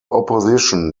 opposition